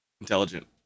intelligent